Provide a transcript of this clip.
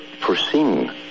foreseen